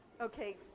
Okay